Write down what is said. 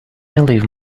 leave